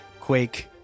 quake